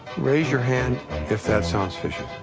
raise your hand if that sounds fishy.